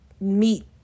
meet